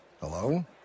Hello